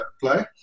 play